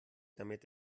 damit